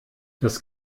das